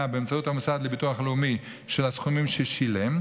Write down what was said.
באמצעות המוסד לביטוח לאומי של הסכומים ששילם,